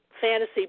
fantasy